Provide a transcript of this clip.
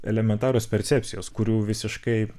elementarios percepcijos kurių visiškai